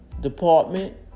department